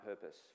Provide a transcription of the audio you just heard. purpose